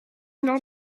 not